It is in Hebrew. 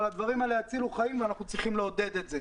אבל הדברים האלה יצילו חיים ואנחנו צריכים לעודד את זה.